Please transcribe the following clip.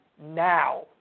now